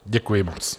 Děkuji moc.